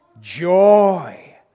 joy